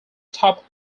top